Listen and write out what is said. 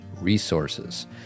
resources